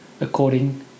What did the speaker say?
according